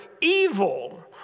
evil